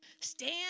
stand